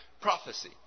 prophecy